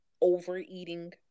overeating